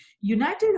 United